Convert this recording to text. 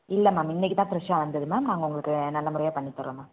இல்லை மேம் இன்னைக்கு தான் ஃப்ரெஷாக வந்தது மேம் நாங்கள் உங்களுக்கு நல்ல முறையாக பண்ணித்தறோம் மேம்